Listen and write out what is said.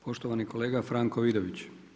Poštovani kolega Franko Vidović.